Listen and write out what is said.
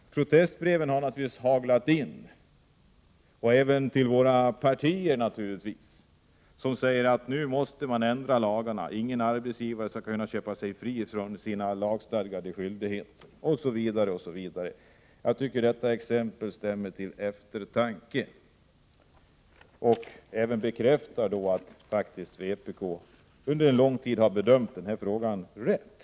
Protestbreven har naturligtvis strömmat in även till våra partier med krav på att lagarna måste ändras. Ingen arbetsgivare skall kunna köpa sig fri från sina lagstadgade skyldigheter. Jag tycker detta exempel borde stämma till eftertanke. Det bekräftar att vpk under en lång tid har bedömt den här frågan rätt.